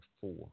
four